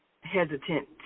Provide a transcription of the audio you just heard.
hesitant